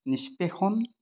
নিষ্পেষণ